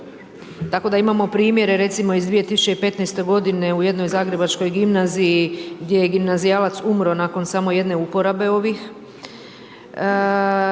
tako da imamo primjere recimo iz 2015. g. u jednoj zagrebačkoj gimnaziji gdje je gimnazijalac umro nakon samo jedne uporabe ovih